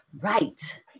Right